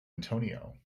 antonio